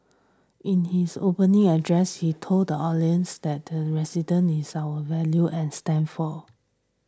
in his opening address he told the audience that the resident is our values and stand for